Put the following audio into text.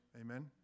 Amen